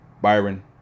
Byron